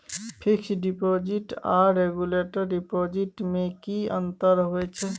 Fix deposit आर regular deposit में की अंतर होय छै?